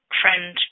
friend